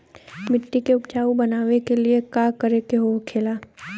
मिट्टी के उपजाऊ बनाने के लिए का करके होखेला?